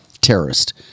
Terrorist